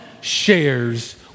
shares